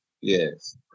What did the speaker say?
Yes